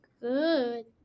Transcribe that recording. Good